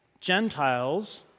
Gentiles